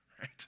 Right